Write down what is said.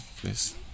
please